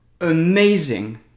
amazing